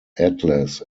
atlas